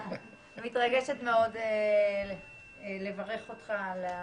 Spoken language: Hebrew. אני מתרגשת מאוד לברך אותך על התפקיד.